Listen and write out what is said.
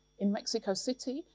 in mexico city,